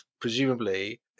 presumably